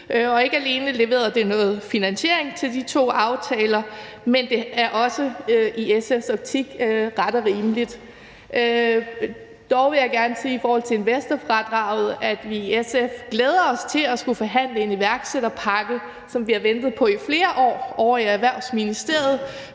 ikke alene leverede det noget finansiering til de to aftaler, men det er også i SF's optik ret og rimeligt. Dog vil jeg gerne sige i forhold til investorfradraget, at vi i SF glæder os til at skulle forhandle en iværksætterpakke, som vi har ventet på i flere år, ovre i Erhvervsministeriet,